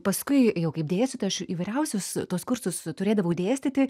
paskui jau kaip dėstytoja aš įvairiausius tuos kursus turėdavau dėstyti